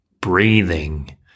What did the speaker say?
breathing